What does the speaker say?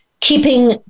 keeping